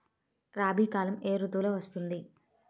రబీ కాలం ఏ ఋతువులో వస్తుంది?